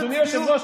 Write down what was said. אדוני היושב-ראש,